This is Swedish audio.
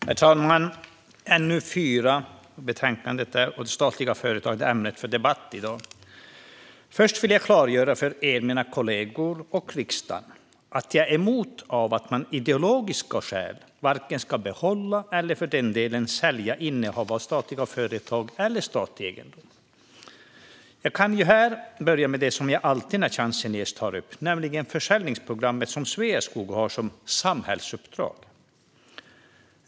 Herr talman! NU 4 är betänkandet, och statliga företag är ämnet för debatt i dag. Först vill jag klargöra för er mina kollegor och riksdagen att jag är emot att man av ideologiska skäl varken ska behålla eller för den delen sälja innehav av statliga företag eller statlig egendom. Jag kan här börja med det som jag alltid tar upp när chansen ges, nämligen försäljningsprogrammet som Sveaskog har som samhällsuppdrag.